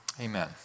amen